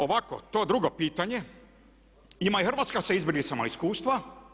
Ovako to drugo pitanje ima i Hrvatska sa izbjeglicama iskustva.